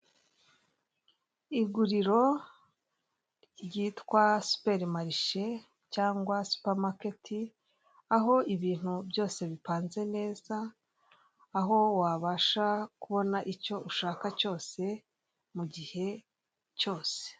Iguriro ryitwa superi marishe cyangwa supamaketi aho ibintu byose bipanze neza aho wabasha kubona icyo ushaka cyose mu gihe cyose.